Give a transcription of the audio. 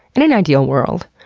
in an ideal world,